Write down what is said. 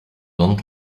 don’t